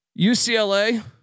UCLA